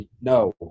no